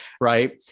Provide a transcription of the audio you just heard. right